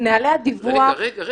נוהלי הדיווח --- רגע.